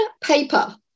paper